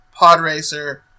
Podracer